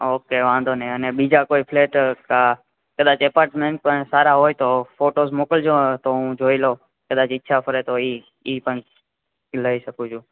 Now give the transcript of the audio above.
okay વાંધો નય અને બીજા કોઈ ફ્લેટ કદાચ એપાર્ટમેન્ટ પણ સારા હોય તો ફોટોસ મોકલજો તો હું જોઈ લવ કદાચ ઈચ્છા થસે તો ઇ પણ લઈ શકું છું